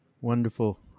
Wonderful